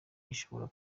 ishobora